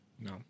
No